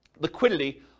liquidity